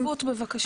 והנציבות בבקשה.